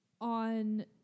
on